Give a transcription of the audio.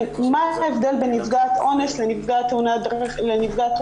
מה ההבדל בין נפגעת אונס לנפגעת תאונת דרכים,